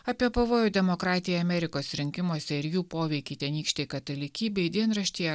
apie pavojų demokratijai amerikos rinkimuose ir jų poveikį tenykštei katalikybei dienraštyje